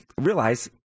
realize